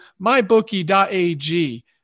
MyBookie.ag